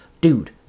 Dude